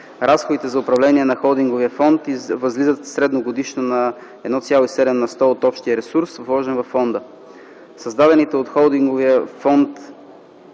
Разходите за управление на Холдинговия фонд възлизат средно годишно на 1,7 на сто от общия ресурс, вложен във фонда. Създадените от Холдинговия фонд